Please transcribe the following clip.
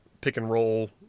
pick-and-roll